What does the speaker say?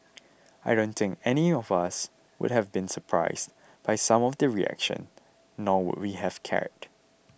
I don't think anyone of us would have been surprised by some of the reaction nor would we have cared